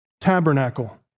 Tabernacle